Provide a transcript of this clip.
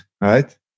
right